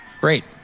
Great